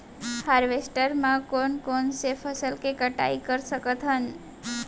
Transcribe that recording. Harvester म कोन कोन से फसल के कटाई कर सकथन?